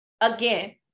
Again